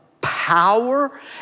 power